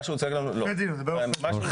מה שהוצג לנו זה זה.